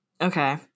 okay